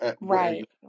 Right